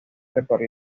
reparó